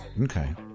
okay